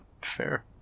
fair